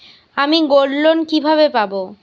আমি গোল্ডলোন কিভাবে পাব?